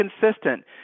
consistent